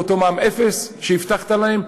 לאותו מע"מ אפס שהבטחת להם,